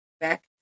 back